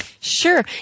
Sure